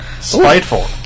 Spiteful